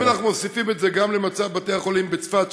אם אנחנו מוסיפים את זה גם למצב בתי-החולים בצפת,